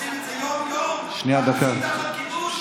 עושים את זה יום-יום, תחת כיבוש.